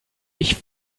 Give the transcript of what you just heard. ich